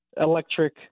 electric